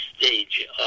stage